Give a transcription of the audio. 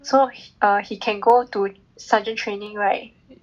so err he can go to err sergeant training right